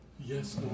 Yes